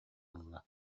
ылла